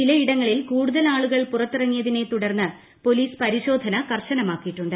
ചിലയിടങ്ങളിൽ കൂടുതൽ ആളുകൾ പുറത്തിരങ്ങിയതിനെ തുടർന്ന് പൊലീസ് പരിശോധന കർശനമാക്കിയിട്ടുണ്ട്